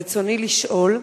רצוני לשאול: